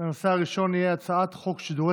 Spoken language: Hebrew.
הנושא הראשון יהיה הצעת חוק שידורי